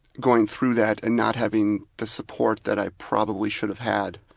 going through that and not having the support that i probably should have had,